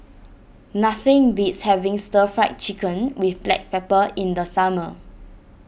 nothing beats having Stir Fry Chicken with Black Pepper in the summer